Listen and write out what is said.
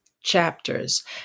chapters